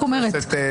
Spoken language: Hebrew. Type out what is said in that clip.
אני רק אומרת.